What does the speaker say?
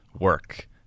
work